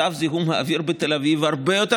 מצב זיהום האוויר בתל אביב הרבה יותר